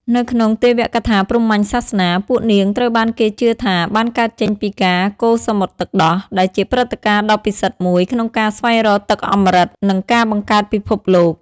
នៅក្នុងទេវកថាព្រហ្មញ្ញសាសនា ពួកនាងត្រូវបានគេជឿថាបានកើតចេញពីការ កូរសមុទ្រទឹកដោះ ដែលជាព្រឹត្តិការណ៍ដ៏ពិសិដ្ឋមួយក្នុងការស្វែងរកទឹកអម្រឹត និងការបង្កើតពិភពលោក។